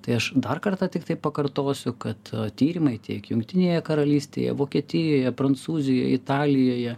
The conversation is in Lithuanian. tai aš dar kartą tiktai pakartosiu kad tyrimai tiek jungtinėje karalystėje vokietijoje prancūzijoj italijoje